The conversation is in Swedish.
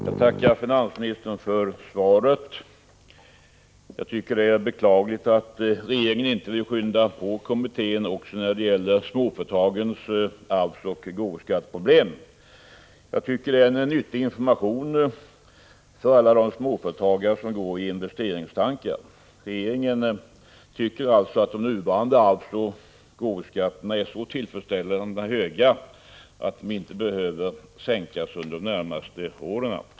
Herr talman! Jag tackar finansministern för svaret. Jag tycker det är beklagligt att regeringen inte vill skynda på kommittén också när det gäller småföretagens arvsoch gåvoskatteproblem. Det är en nyttig information för alla de småföretagare som går i investeringstankar. Regeringen tycker alltså att nivån på de nuvarande arvsoch gåvoskatterna är så tillfredsställande att de inte behöver sänkas under de närmaste åren.